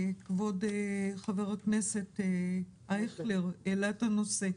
כבוד חבר הכנסת אייכלר העלה את הנושא.